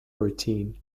routine